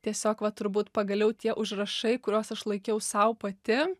tiesiog va turbūt pagaliau tie užrašai kuriuos aš laikiau sau pati